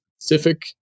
Pacific